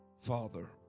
Father